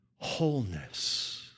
Wholeness